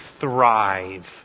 thrive